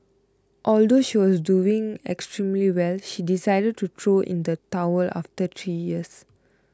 although she was doing extremely well she decided to throw in the towel after three years